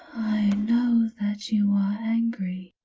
know that you are angry.